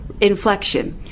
inflection